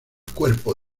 cuerpo